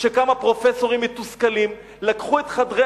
שכמה פרופסורים מתוסכלים לקחו את חדרי